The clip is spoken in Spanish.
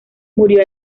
murió